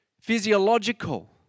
physiological